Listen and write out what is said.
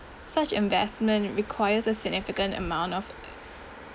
such investment requires a significant amount of